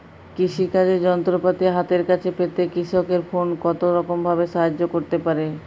কৃষিকাজের যন্ত্রপাতি হাতের কাছে পেতে কৃষকের ফোন কত রকম ভাবে সাহায্য করতে পারে?